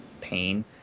pain